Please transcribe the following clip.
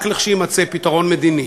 רק לכשיימצא פתרון מדיני,